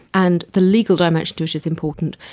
and the legal dimension to it is important.